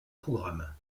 programme